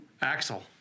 Axel